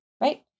Right